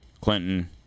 Clinton